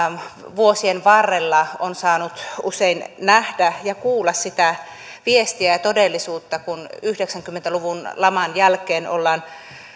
vuosien varrella on saanut usein nähdä ja kuulla sitä viestiä ja todellisuutta kun yhdeksänkymmentä luvun laman jälkeen ollaan